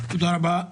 תודה רבה.